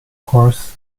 course